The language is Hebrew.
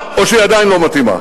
או שהיא עדיין לא מתאימה?